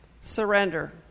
surrender